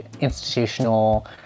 institutional